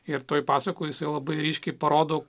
ir toje pasakoje labai ryškiai parodo